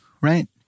right